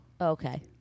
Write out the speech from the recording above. Okay